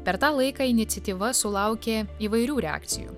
per tą laiką iniciatyva sulaukė įvairių reakcijų